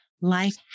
Life